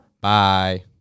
Bye